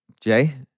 Jay